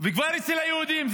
זה כבר אצל היהודים.